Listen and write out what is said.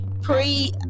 pre